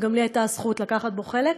וגם לי הייתה הזכות לקחת בו חלק.